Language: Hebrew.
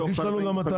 תוך 45 יום?